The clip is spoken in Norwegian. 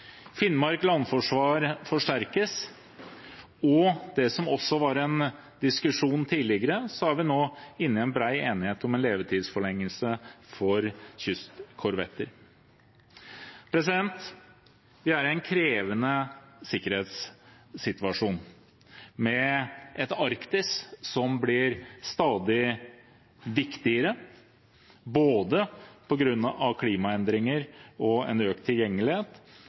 Finnmark landforsvar forsterkes. Der det også har vært en diskusjon tidligere, har vi nå en bred enighet om en levetidsforlengelse for kystkorvetter. Vi er i en krevende sikkerhetssituasjon, med et Arktis som blir stadig viktigere, både på grunn av klimaendringer og økt tilgjengelighet